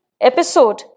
episode